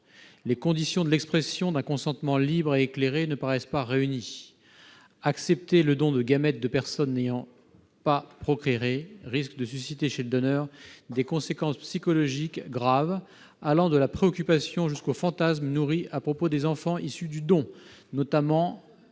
Les conditions de l'expression d'un consentement libre et éclairé ne paraissent donc pas réunies. Ensuite, accepter le don de gamètes de personnes n'ayant pas procréé risque de susciter chez le donneur des conséquences psychologiques graves allant de la préoccupation jusqu'au fantasme nourri à propos des enfants issus du don, notamment